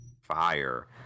fire